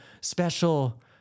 special